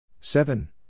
Seven